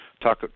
talk